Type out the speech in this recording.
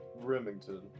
Remington